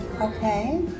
Okay